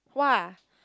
!wah!